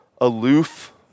aloof